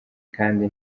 kandi